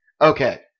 Okay